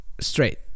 straight